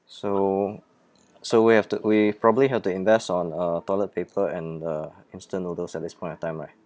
so so we have to we probably have to invest on uh toilet paper and uh instant noodles at this point of time right